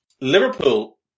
Liverpool